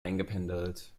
eingependelt